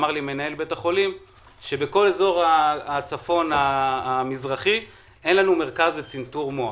אמר לי מנהל בית החולים שבכל אזור הצפון המזרחי אין מרכז לצנתור מוח.